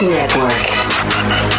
Network